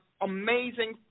amazing